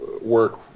work